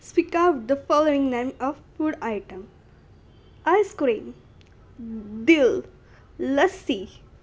speak out the following name of food item ice cream दिल लस्सी